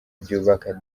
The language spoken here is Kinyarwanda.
byubaka